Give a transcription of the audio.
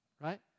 Right